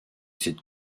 cette